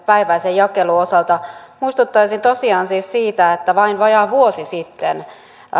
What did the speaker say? jakelun osalta muistuttaisin tosiaan siis siitä että vain vajaa vuosi sitten